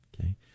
okay